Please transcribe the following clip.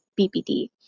BPD